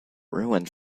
ruins